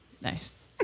Nice